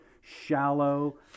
shallow